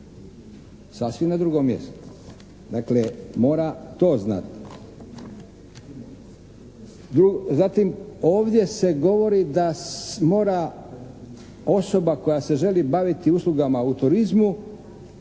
sasvim na drugom mjestu. Dakle, mora to znati. Zatim, ovdje se govori da mora osoba koja se želi baviti uslugama u turizmu